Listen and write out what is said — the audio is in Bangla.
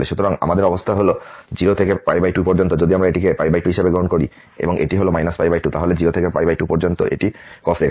সুতরাং আমাদের অবস্থা হল 0 থেকে 2 পর্যন্ত যদি আমরা এটিকে 2 হিসাবে গ্রহণ করি এবং এটি হল 2 তাহলে 0 থেকে 2 পর্যন্ত এটি cos x